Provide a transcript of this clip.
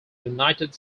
united